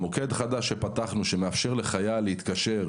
פתחנו מוקד חדש שמאפשר לחייל להתקשר,